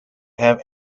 have